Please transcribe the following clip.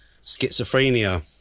schizophrenia